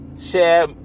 Share